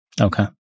Okay